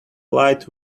light